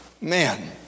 Man